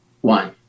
One